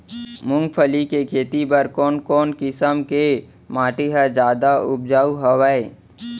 मूंगफली के खेती बर कोन कोन किसम के माटी ह जादा उपजाऊ हवये?